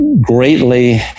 greatly